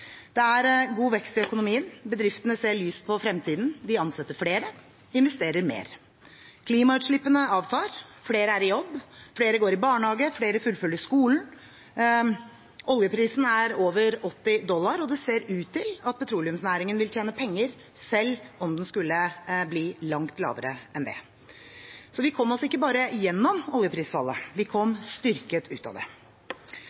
Det er god vekst i økonomien. Bedriftene ser lyst på fremtiden. De ansetter flere og investerer mer. Klimautslippene avtar. Flere er i jobb. Flere går i barnehage. Flere fullfører skolen. Oljeprisen er over 80 dollar, og det ser ut til at petroleumsnæringen vil tjene penger selv om oljeprisen skulle bli langt lavere enn det. Så vi kom oss ikke bare gjennom oljeprisfallet, vi kom